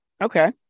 Okay